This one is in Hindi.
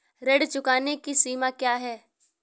ऋण चुकाने की समय सीमा क्या है?